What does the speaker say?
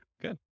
good